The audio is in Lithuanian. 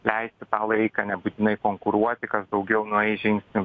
leisti tą laiką nebūtinai konkuruoti kas daugiau nueis žingsnių